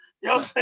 Yo